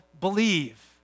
Believe